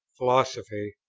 philosophy,